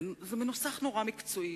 זה מנוסח נורא מקצועי,